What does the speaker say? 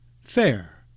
fair